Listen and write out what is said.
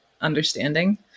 understanding